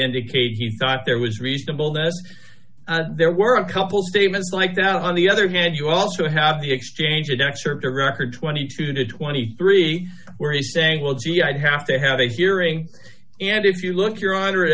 indicate he thought there was reasonable ness there were a couple statements like that on the other hand you also have the exchange of excerpt a record twenty two to twenty three where he saying well gee i'd have to have a hearing and if you look your honor